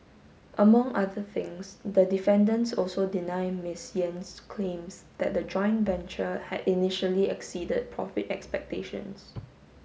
among other things the defendants also deny Miss Yen's claims that the joint venture had initially exceeded profit expectations